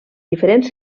diferents